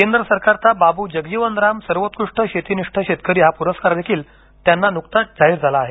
केंद्र सरकारचा बाबू जगजिवन राम सर्वोत्कृष्ट शेतीनिष्ठ शेतकरी हा प्रस्कार देखील त्यांना नुकते जाहीर झाला आहे